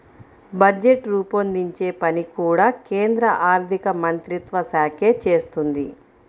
budget రూపొందించే పని కూడా కేంద్ర ఆర్ధికమంత్రిత్వ శాఖే చేస్తుంది